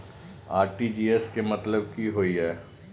RTGS के मतलब की होय ये?